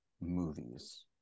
movies